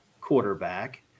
quarterback